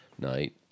night